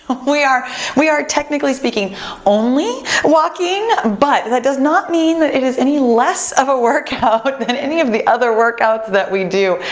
we are we are technically speaking only walking, but that does not mean that it is any less of a workout but but than any of the other workouts that we do.